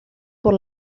por